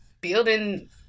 building